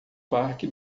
parque